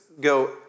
go